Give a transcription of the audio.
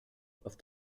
auf